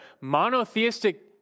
monotheistic